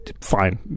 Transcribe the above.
fine